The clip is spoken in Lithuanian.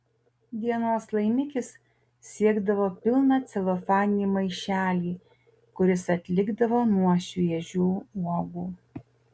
dienos laimikis siekdavo pilną celofaninį maišelį kuris atlikdavo nuo šviežių uogų